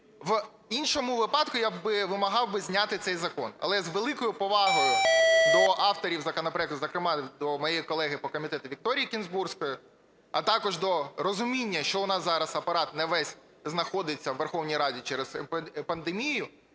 В іншому випадку я би вимагав би зняти цей закон, але я з великою повагою до авторів законопроекту, зокрема до моєї колеги по комітету Вікторії Кінзбурської, а також до розуміння, що в нас зараз Апарат не весь знаходиться у Верховній Раді через пандемію,